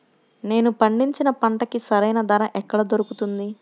నేను పండించిన పంటకి సరైన ధర ఎక్కడ దొరుకుతుంది?